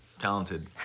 talented